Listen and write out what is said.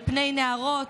על פני נערות,